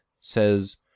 says